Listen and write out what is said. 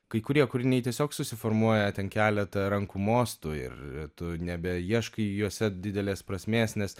kai kurie kūriniai tiesiog susiformuoja ten keletą rankų mostų ir tu nebeieškai juose didelės prasmės nes